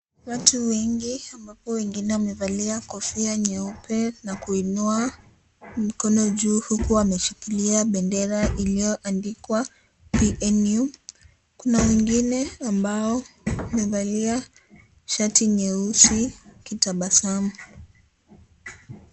Watu wengi, ambapo wengine wamevalia kofia nyeupe, na kuinua mkono juu huku wameshikilia bendera iliyoandikwa PNU. Kuna wengine ambao wamevalia shati nyeusi wakitabasamu.